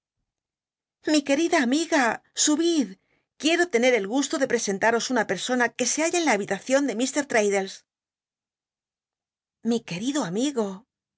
li querida amiga subid quiero lene el gusto de presenta ros una persona que se halla en la habitacion de m l'raddles mi quel'ido amigo